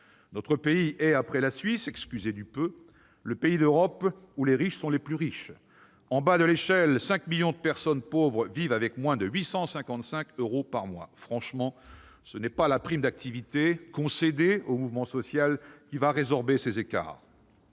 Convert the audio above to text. Notre pays est, après la Suisse- excusez du peu !-, le pays d'Europe où les riches sont les plus riches. En bas de l'échelle, 5 millions de personnes pauvres vivent avec moins de 855 euros par mois. Franchement, ce n'est pas la prime d'activité concédée au mouvement social qui va résorber ces écarts.